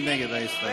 מי נגד ההסתייגות?